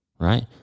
right